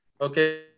okay